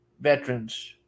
veterans